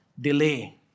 delay